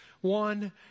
one